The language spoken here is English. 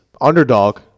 underdog